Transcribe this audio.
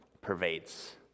pervades